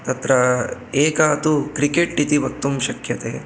तत्र एका तु क्रिकेट् इति वक्तुं शक्यते